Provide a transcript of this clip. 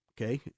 Okay